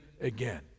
again